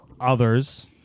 others